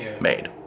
made